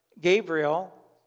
Gabriel